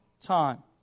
time